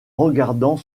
regardant